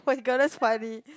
regardless funny